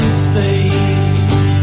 space